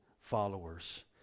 followers